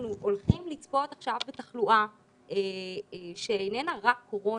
אנחנו הולכים לצפות עכשיו בתחלואה שאיננה רק קורונה.